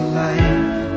life